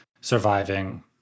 surviving